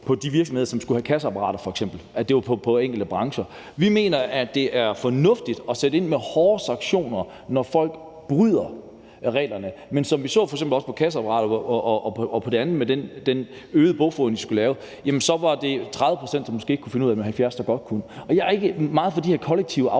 de virksomheder, der skulle have kasseapparater. Det var i enkelte brancher. Vi mener, det er fornuftigt at sætte ind med hårde sanktioner, når folk bryder reglerne. Men som vi f.eks. også så det med kasseapparater og det andet med den øgede bogføring, de skulle lave, var det måske 30 pct., der ikke kunne finde ud af det, og 70 pct., der godt kunne. Jeg er ikke meget for de her kollektive afstraffelser,